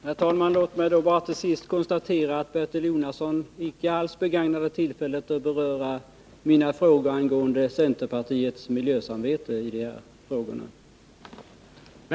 Herr talman! Låt mig bara till sist konstatera att Bertil Jonasson inte alls begagnade tillfället att besvara mina frågor om centerpartiets miljösamvete.